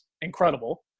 incredible